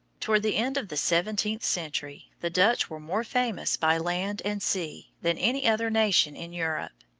toward the end of the seventeenth century the dutch were more famous by land and sea than any other nation in europe.